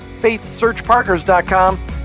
faithsearchpartners.com